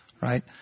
right